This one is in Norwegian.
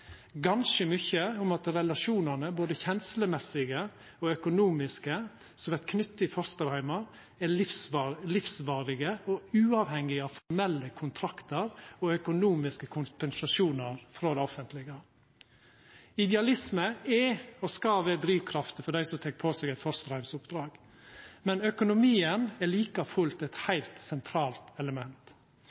ganske mykje om at relasjonane, både kjenslemessige og økonomiske, som vert knytte i fosterheimar, er livsvarige og uavhengige av formelle kontraktar og økonomisk kompensasjon frå det offentlege. Idealisme er og skal vera drivkrafta for dei som tek på seg eit fosterheimsoppdrag. Men økonomien er like fullt eit heilt sentralt element.